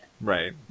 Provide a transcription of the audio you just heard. Right